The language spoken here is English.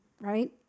right